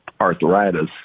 arthritis